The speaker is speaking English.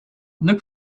look